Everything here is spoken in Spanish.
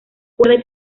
cuerda